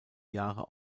jahre